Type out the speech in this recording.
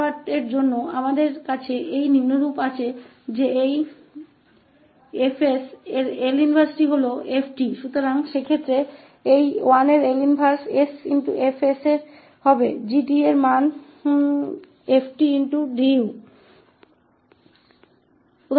उलटा समकक्ष के लिए तो हमारे पास यह इस प्रकार है कि इस 𝐹 𝑠 की 𝐿 इनवर्स उस मामले में 𝑓 𝑡 यह की 𝐿 इनवर्स है 1s𝐹𝑠 हो जाएगा 𝑔 𝑡 मतलब 0t𝐹𝑑u